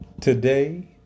Today